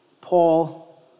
Paul